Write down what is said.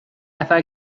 نفر